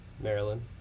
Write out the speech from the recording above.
Maryland